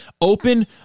open